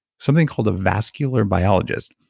something called a vascular biologist,